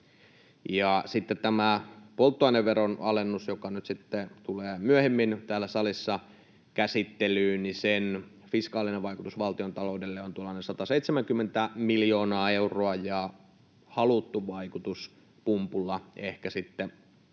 Sitten polttoaineveron alennuksella, joka tulee myöhemmin täällä salissa käsittelyyn, fiskaalinen vaikutus valtiontaloudelle on tuollainen 170 miljoonaa euroa ja haluttu vaikutus pumpulla ehkä sitten